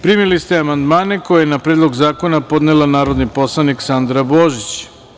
Primili ste amandmane koje je na Predlog zakona podnela narodni poslanik Sandra Božić.